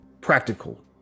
practical